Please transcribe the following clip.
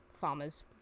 farmers